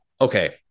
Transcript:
Okay